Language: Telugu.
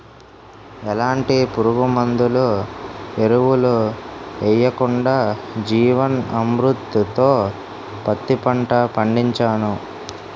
ఎలాంటి పురుగుమందులు, ఎరువులు యెయ్యకుండా జీవన్ అమృత్ తో పత్తి పంట పండించాను